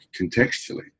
contextually